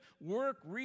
work